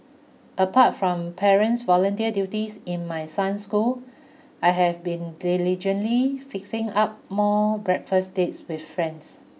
apart from parents volunteer duties in my son's school I have been diligently fixing up more breakfast dates with friends